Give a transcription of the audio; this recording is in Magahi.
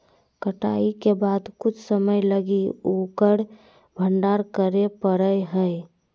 कटाई के बाद कुछ समय लगी उकर भंडारण करे परैय हइ